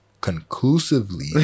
conclusively